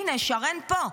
הינה, שרן פה.